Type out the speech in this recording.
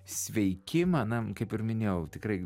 sveikimą na kaip ir minėjau tikrai